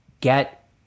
get